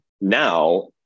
now